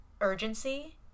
urgency-